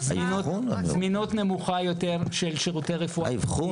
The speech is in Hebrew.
זמינות נמוכה יותר של שירותי רפואה.